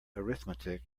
arithmetic